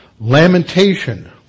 lamentation